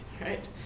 right